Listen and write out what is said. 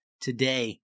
today